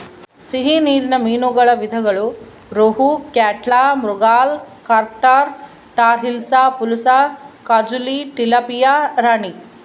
ಸಿಹಿ ನೀರಿನ ಮೀನುಗಳ ವಿಧಗಳು ರೋಹು, ಕ್ಯಾಟ್ಲಾ, ಮೃಗಾಲ್, ಕಾರ್ಪ್ ಟಾರ್, ಟಾರ್ ಹಿಲ್ಸಾ, ಪುಲಸ, ಕಾಜುಲಿ, ಟಿಲಾಪಿಯಾ ರಾಣಿ